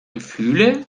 gefühle